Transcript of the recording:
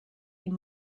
une